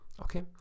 Okay